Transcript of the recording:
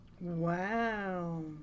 Wow